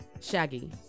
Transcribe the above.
Shaggy